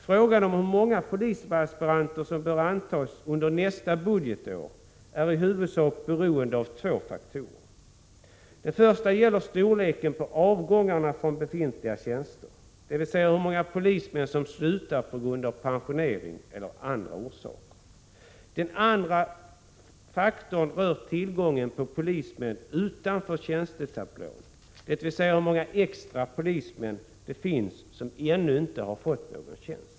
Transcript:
Frågan om hur många polisaspiranter som bör antas under nästa budgetår är i huvudsak beroende av två faktorer. Den första gäller storleken på avgångarna från befintliga tjänster, dvs. hur många polismän som slutar på grund av pensionering eller av andra orsaker. Den andra faktorn rör tillgången på polismän utanför tjänstetablån, dvs. hur många extra polismän det finns som ännu inte har fått någon tjänst.